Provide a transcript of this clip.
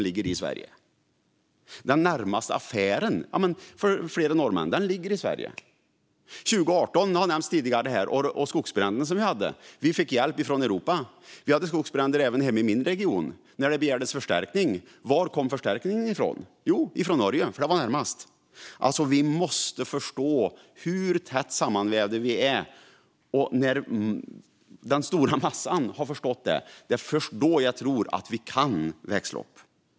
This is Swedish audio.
För en del norrmän ligger närmaste affär i Sverige. Under skogsbränderna 2018 fick vi hjälp från Europa. Vid skogsbranden i min region kom förstärkningen från Norge eftersom det var närmast. Man måste förstå hur tätt sammanvävda vi är, och först när den stora massan har förstått det kan vi växla upp.